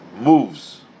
moves